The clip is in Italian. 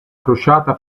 crociata